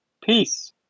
Peace